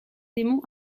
démons